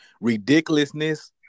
Ridiculousness